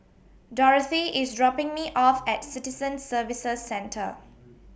Dorothy IS dropping Me off At Citizen Services Centre